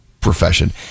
profession